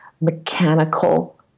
mechanical